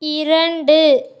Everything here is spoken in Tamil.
இரண்டு